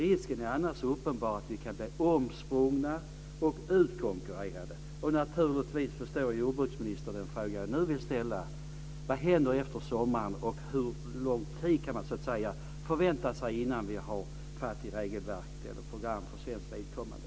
Risken är annars uppenbar att vi kan bli omsprungna och utkonkurrerade. Naturligtvis förstår jordbruksministern vilken fråga som jag nu vill ställa. Vad händer efter sommaren, och hur lång tid kan man förvänta sig att det tar innan vi har ett regelverk eller program för svenskt vidkommande?